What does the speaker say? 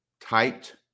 typed